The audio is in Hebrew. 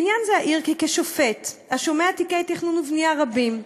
"בעניין זה אעיר כי כשופט השומע תיקי תכנון ובנייה רבים,